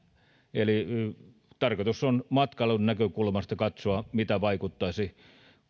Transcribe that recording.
eli tarkoitus on matkailun näkökulmasta katsoa miten vaikuttaisi